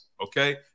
Okay